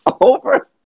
over